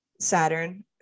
Saturn